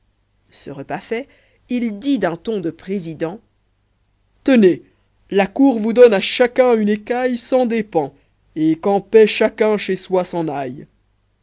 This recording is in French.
ce repas fait il dit d'un ton de président tenez la cour vous donne à chacun une écaille sans dépens et qu'en paix chacun chez soi s'en aille